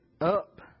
up